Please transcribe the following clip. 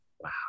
Wow